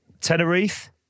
Tenerife